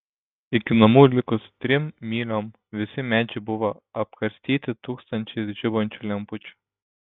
iki namų likus trim myliom visi medžiai buvo apkarstyti tūkstančiais žibančių lempučių